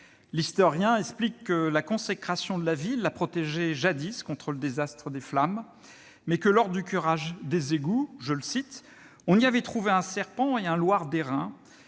L'historien explique que la consécration de la ville la protégeait jadis contre le désastre des flammes, mais que lors du curage des égouts « on y avait trouvé un serpent et un loir d'airain ;